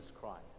Christ